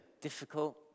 difficult